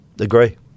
Agree